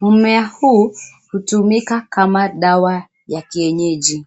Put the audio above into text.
Mmea huu hutumika kama dawa ya kienyeji.